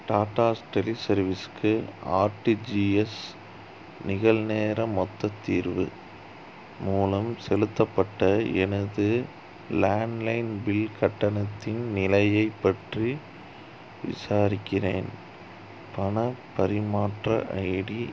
Tata tele சர்வீஸ்ஸுக்கு RTGS நிகழ்நேர மொத்த தீர்வு மூலம் செலுத்தப்பட்ட எனது லேண்ட்லைன் பில் கட்டணத்தின் நிலையை பற்றி விசாரிக்கிறேன் பண பரிமாற்ற ஐடி